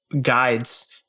guides